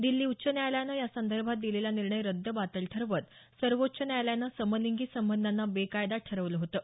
दिल्ली उच्च न्यायालयानं यासंदर्भात दिलेला निर्णय रद्दबातल ठरवत सर्वोच्च न्यायालयानं समलिंगी संबंधांना बेकायदा ठरवलं होतं